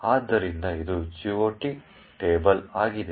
ಆದ್ದರಿಂದ ಇದು GOT table ಆಗಿದೆ